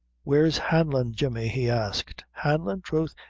where's hanlon, jemmy? he asked. hanlon? troth,